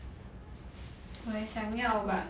我也想要 but